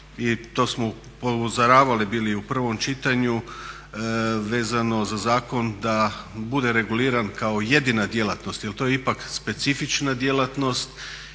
i to smo upozoravali bili u prvom čitanju, vezano za zakon da bude reguliran kao jedina djelatnost jer to je ipak specifična djelatnost